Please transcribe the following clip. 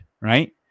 right